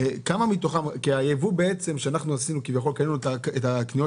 כי הייבוא שאנחנו עשינו כשקנינו את הקניות